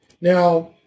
Now